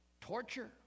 torture